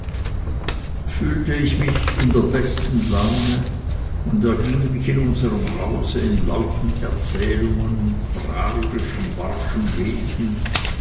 fühlte ich mich in der besten laune und erging mich in unserm hause in lauten erzählungen und prahlerischem barschem wesen